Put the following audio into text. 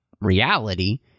reality